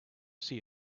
see